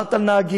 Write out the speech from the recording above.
דיברת על נהגים,